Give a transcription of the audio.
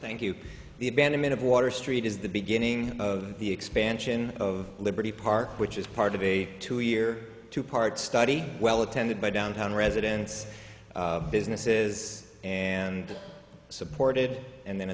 thank you the abandonment of water street is the beginning of the expansion of liberty park which is part of a two year two part study well attended by downtown residents businesses and supported and then